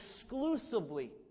exclusively